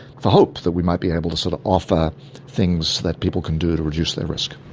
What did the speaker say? for hope that we might be able to sort of offer things that people can do to reduce their risk.